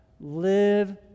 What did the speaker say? live